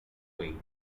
way